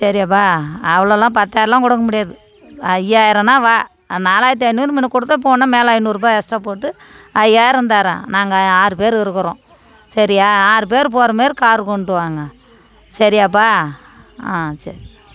சரியாபா அவ்வளோலாம் பத்தாயிரம்லாம் கொடுக்க முடியாது ஐயாயிரன்னா வா நாலாயிரத்தி ஐந்நூறு முன்ன கொடுக்க போனால் மேலே ஐந்நூறுபா எஸ்ட்ரா போட்டு ஐயாயிரம் தர்றேன் நாங்கள் ஆறு பேர் இருக்கிறோம் சரியா ஆறு பேர் போகிற மாதிரி காரு கொண்டு வாங்க சரியாப்பா ஆ சரி